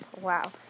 Wow